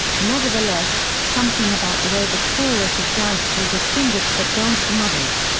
nevertheless, something about the way the chorus is danced will distinguish that dance from others.